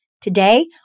Today